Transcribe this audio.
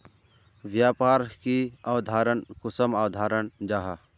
व्यापार की अवधारण कुंसम अवधारण जाहा?